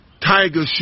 Tiger